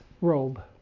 robe